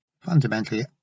fundamentally